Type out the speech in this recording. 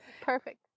Perfect